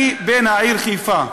אני בן העיר חיפה.